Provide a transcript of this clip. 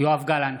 יואב גלנט,